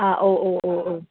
ആ ഓ ഓ ഓ